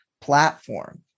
platform